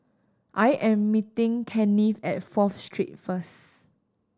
I am meeting Kennith at Fourth Street first